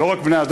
לא רק בני-אדם,